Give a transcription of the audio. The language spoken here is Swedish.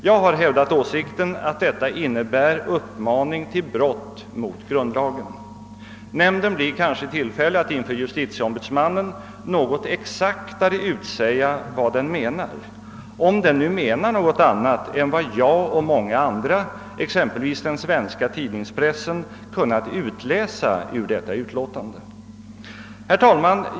Jag har hävdat åsikten att detta innebär en uppmaning till brott mot grundlagen. Nämnden blir kanske i tillfälle att inför justitieombudsmannen något exaktare utsäga vad den menar, om den nu menar något annat än vad jag och många andra, t.ex. den svenska tidningspressen, kunnat utläsa ur dess utlåtande. Herr talman!